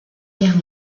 guerre